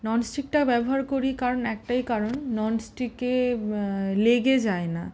ননস্টিকটা ব্যবহার করি কারণ একটাই কারণ ননস্টিকে লেগে যায় না